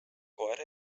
koer